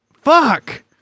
fuck